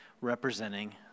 representing